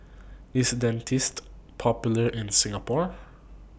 IS Dentiste Popular in Singapore